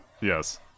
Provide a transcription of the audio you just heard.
Yes